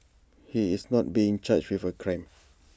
he is not being charged with A crime